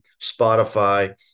Spotify